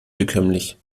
bekömmlich